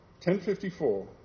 1054